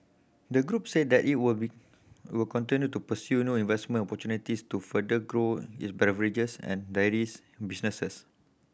the group said that it will be will continue to pursue new investment opportunities to further grow its beverages and dairies businesses